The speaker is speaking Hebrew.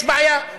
יש בעיה.